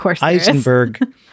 Eisenberg